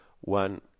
one